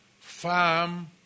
farm